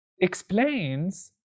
explains